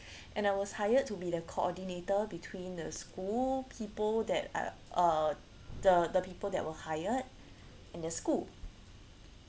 and I was hired to be the coordinator between the school people that uh err the the people that were hired in the school